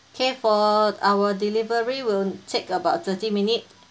okay for our delivery will take about thirty minutes